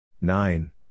Nine